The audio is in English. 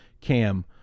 cam